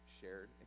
shared